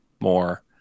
more